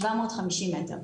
750 מטר.